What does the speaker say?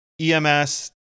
EMS